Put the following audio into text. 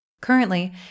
Currently